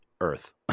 earth